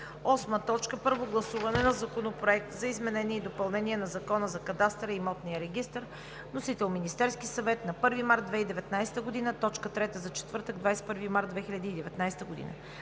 2019 г. 8. Първо гласуване на Законопроекта за изменение и допълнение на Закона за кадастъра и имотния регистър. Вносител е Министерският съвет на 1 март 2019 г. – точка трета за четвъртък, 21 март 2019 г.